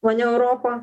o ne europą